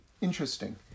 interesting